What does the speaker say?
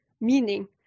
meaning